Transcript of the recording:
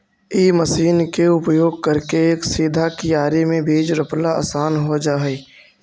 इ मशीन के उपयोग करके एक सीधा कियारी में बीचा रोपला असान हो जा हई